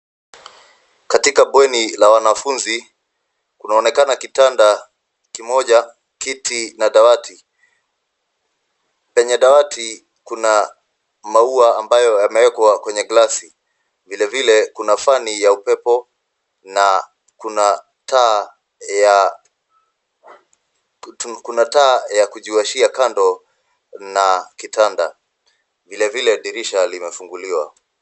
Katika bweni la wanafunzi kunaonekana kitanda kimoja , kiti na dawati . Penye dawati kuna maua ambayo wamewekwa kwenye glasi, vile vile kuna fani ya upepo na kuna taa ya kujiwashia kando na kitanda. Vile vile dirisha limefunguliwa.